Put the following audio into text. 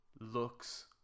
looks